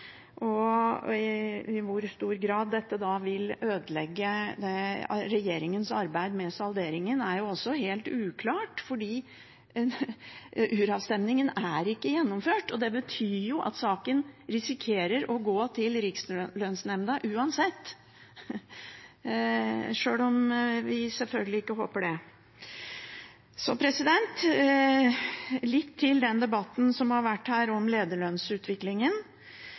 I hvor stor grad dette vil ødelegge regjeringens arbeid med salderingen, er også helt uklart, for uravstemningen er ikke gjennomført. Det betyr at saken risikerer å gå til Rikslønnsnemnda uansett, sjøl om vi sjølsagt ikke håper det. Så litt til den debatten som har vært her om lederlønnsutviklingen: